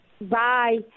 Bye